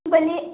ବୋଲିଏ